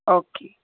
okay